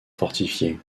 fortifié